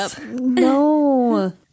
No